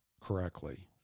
correctly